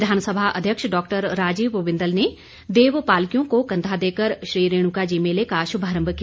विधानसभा अध्यक्ष डॉक्टर राजीव बिंदल ने देव पालकियों को कंधा देकर श्री रेणुका जी मेले का शुभारंभ किया